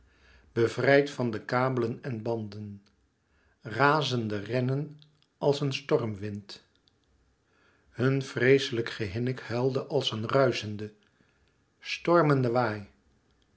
bevrijd van de kabelen en banden razende rennen als een stormwind hun vreeslijk gehinnik huilde als een ruischende stormende waai